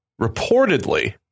reportedly